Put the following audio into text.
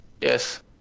yes